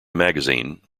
magazine